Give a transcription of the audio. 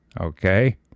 Okay